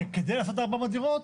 וכדי לעשות 400 דירות,